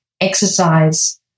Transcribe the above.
Exercise